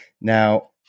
Now